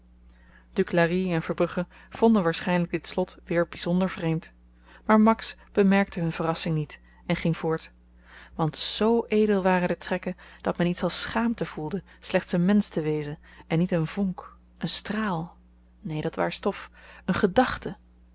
verbrugge vonden waarschynlyk dit slot weer byzonder vreemd maar max bemerkte hun verrassing niet en ging voort want z edel waren de trekken dat men iets als schaamte voelde slechts een mensch te wezen en niet een vonk een straal neen dat waar stof een gedachte